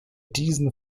diesen